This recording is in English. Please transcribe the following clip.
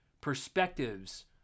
perspectives